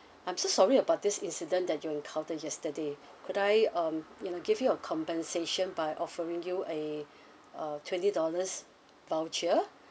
I'm so sorry about this incident that you encountered yesterday could I um you know give you a compensation by offering you a uh twenty dollars voucher